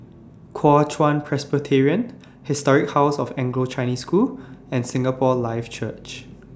Kuo Chuan Presbyterian Historic House of Anglo Chinese School and Singapore Life Church